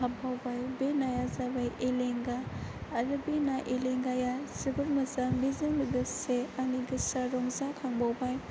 हाब्बावबाय बे नाया जाबाय एलेंगा आरो बे ना एलेंगाया जोबोद मोजां बेजों लोगोसे आंनि गोसोआ रंजाखांबावबाय